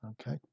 okay